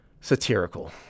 satirical